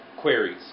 queries